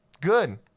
Good